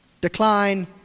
decline